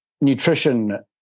nutrition